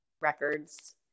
records